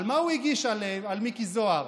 על מה הוא הגיש על מיקי זוהר?